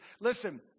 Listen